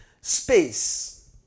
space